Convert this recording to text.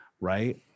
right